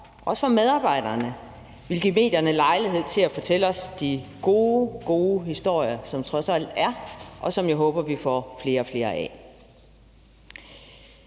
og for medarbejderne, også vil give medierne lejlighed til at fortælle os de gode, gode historier, som der trods alt er, og som jeg håber at vi får flere og flere af.